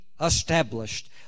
established